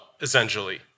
Essentially